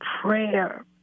prayer